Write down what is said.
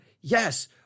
yes